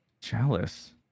Jealous